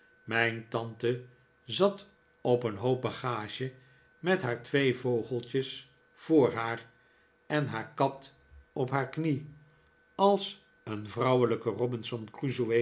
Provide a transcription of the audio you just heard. mijn tante zat op een hoop bagage met haar twee vogeltjes voor haar en haar kat op haar knie als een vrouwelijke robinson